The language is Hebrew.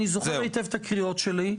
אני זוכר היטב את הקריאות שלי.